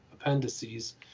appendices